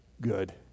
good